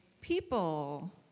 people